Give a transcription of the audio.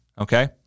Okay